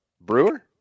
Brewer